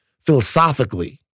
philosophically